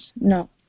no